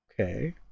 Okay